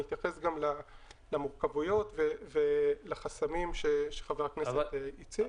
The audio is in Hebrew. אתייחס למורכבויות ולחסמים שחבר הכנסת הציג.